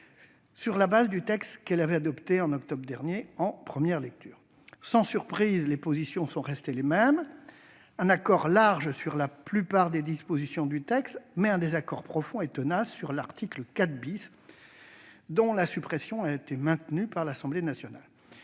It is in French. sur la base du texte que celle-ci avait adopté en octobre dernier en première lecture. Sans surprise, les positions sont restées les mêmes : un accord large sur la plupart des dispositions, mais un désaccord profond et tenace sur l'article 4 , dont la suppression a été maintenue par l'Assemblée nationale.